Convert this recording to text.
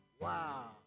Wow